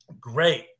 great